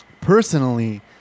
personally